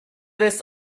this